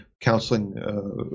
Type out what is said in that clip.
counseling